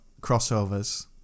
crossovers